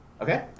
Okay